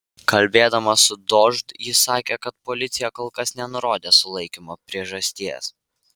kalbėdama su dožd ji sakė kad policija kol kas nenurodė sulaikymo priežasties